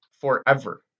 forever